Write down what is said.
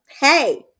hey